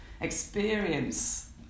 experience